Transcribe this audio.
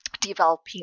developing